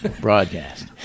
broadcast